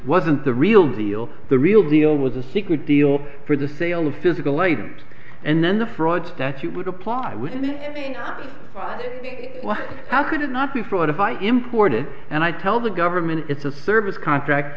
wasn't the real deal the real deal was a secret deal for the sale of physical aid and then the fraud statute would apply when any how could it not be fraud if i imported and i tell the government it's a service contract